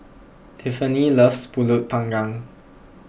Tiffanie loves Pulut Panggang